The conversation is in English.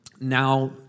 Now